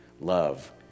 love